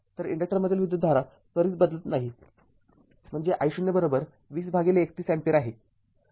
तर इन्डक्टरमधील विद्युतधारा त्वरित बदलत नाही म्हणजे I0 २०३१ अँपिअर आहे